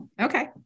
Okay